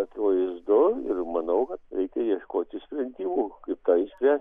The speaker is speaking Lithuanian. akivaizdu ir manau kad reikia ieškoti sprendimų kaip tą išspręsti